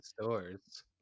stores